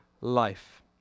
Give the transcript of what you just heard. life